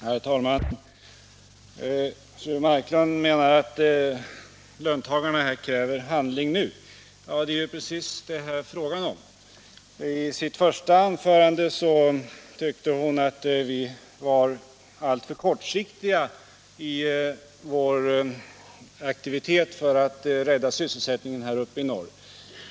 Herr talman! Fru Marklund menar att löntagarna kräver handling nu. Ja, det är ju precis vad det här är fråga om. I sitt första anförande tyckte hon att vi var alltför kortsiktiga i vår aktivitet för att rädda sysselsättningen i norr.